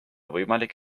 võimalik